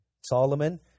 Solomon